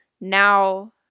now